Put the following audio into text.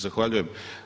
Zahvaljujem.